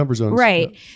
Right